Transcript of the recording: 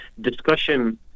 discussion